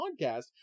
podcast